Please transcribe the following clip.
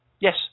yes